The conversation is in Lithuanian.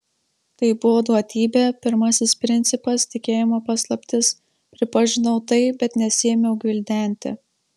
tai buvo duotybė pirmasis principas tikėjimo paslaptis pripažinau tai bet nesiėmiau gvildenti